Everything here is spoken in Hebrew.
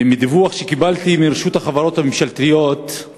ומדיווח שקיבלתי מרשות החברות הממשלתיות על